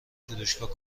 فروشگاه